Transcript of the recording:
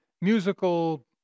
musical